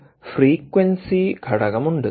ഒരു ഫ്രീക്വൻസി ഘടകമുണ്ട്